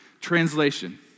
Translation